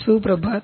સુપ્રભાત